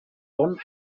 london